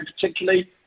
particularly